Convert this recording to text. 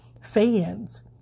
fans